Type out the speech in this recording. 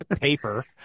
paper